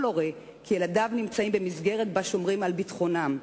הורה כי ילדיו נמצאים במסגרת שבה שומרים על ביטחונם.